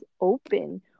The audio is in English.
open